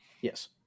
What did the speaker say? Yes